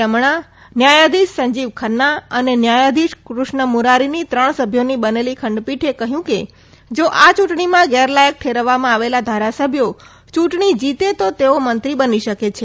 રમણા ન્યાયાધીશ સંજીવ ખન્ના અને ન્યાયાધીશ કૃષ્ણ મુરારીની ત્રણ સભ્યોની બનેલી ખંડપીઠે કહ્યુ કે જો આ યૂંટણીમાં ગેરલાયક ઠેરવવામાં આવેલા ધારસભ્યો યૂંટણી જીતે તો તેઓ મંત્રી બની શકે છે